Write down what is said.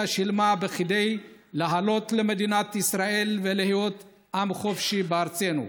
שילמה כדי לעלות למדינת ישראל ולהיות עם חופשי בארצנו.